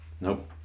Nope